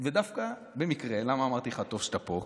ודווקא במקרה, למה אמרתי לך שטוב שאתה פה?